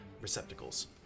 receptacles